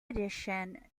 addition